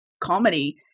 comedy